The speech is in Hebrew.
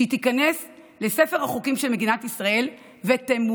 שהיא תיכנס לספר החוקים של מדינת ישראל ותמומש.